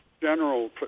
general